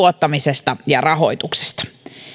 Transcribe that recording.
tuottamisesta ja rahoituksesta